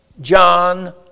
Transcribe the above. John